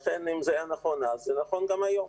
לכן, אם זה היה נכון אז, זה נכון גם היום.